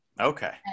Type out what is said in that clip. Okay